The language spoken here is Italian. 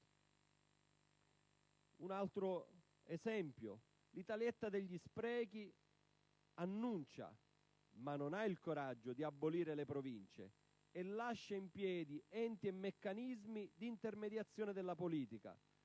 un altro esempio: l'Italietta degli sprechi lo annuncia, ma non ha il coraggio di abolire le Province e lascia in piedi enti e meccanismi di intermediazione della politica.